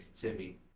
Timmy